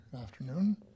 afternoon